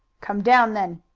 come down then.